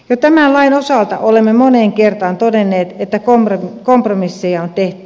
jo tämän lain osalta olemme moneen kertaan todenneet että kompromisseja on tehty